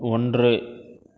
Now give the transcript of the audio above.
ஒன்று